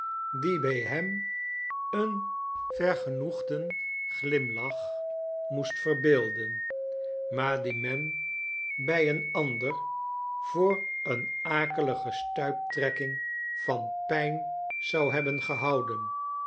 die bij hem een vergenoegden glimlach moest verbeelden maar die men bij een ander voor eene akelige stuiptrekking van pijn zou hebben gehouden